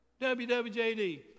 WWJD